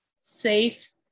safe